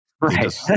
Right